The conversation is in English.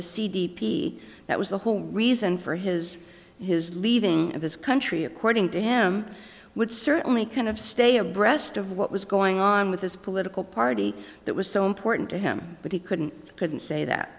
the c d p that was the whole reason for his his leaving of his country according to him would certainly kind of stay abreast of what was going on with his political party that was so important to him but he couldn't couldn't say that